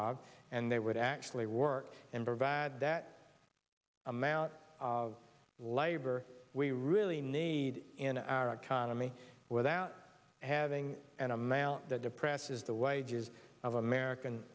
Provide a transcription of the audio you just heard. b and they would actually work and provide that amount of labor we really need in our economy without having an amount that depresses the wages of american